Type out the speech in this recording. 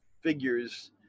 figures